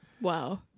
Wow